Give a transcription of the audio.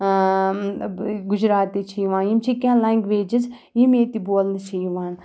گُجراتی چھِ یِوان یِم چھِ کینٛہہ لنٛگویجِز یِم ییٚتہِ بولنہٕ چھِ یِوان